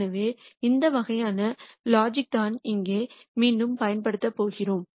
எனவே அந்த வகையான லாஜிக் தான் இங்கே மீண்டும் பயன்படுத்தப் போகிறோம்